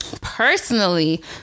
Personally